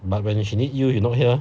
but when she need you you not here